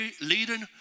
leading